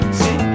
see